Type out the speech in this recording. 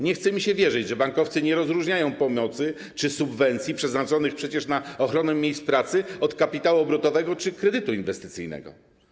Nie chce mi się wierzyć, że bankowcy nie rozróżniają pomocy czy subwencji przeznaczonych przecież na ochronę miejsc pracy od kapitału obrotowego czy kredytu inwestycyjnego.